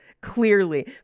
clearly